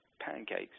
Pancakes